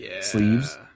sleeves